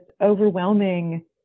overwhelming